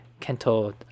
Kento